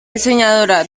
diseñadora